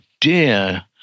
dear